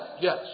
yes